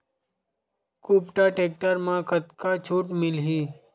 कुबटा टेक्टर म कतका छूट मिलही?